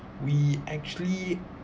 we actually